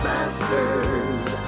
Masters